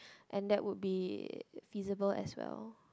and that would be feasible as well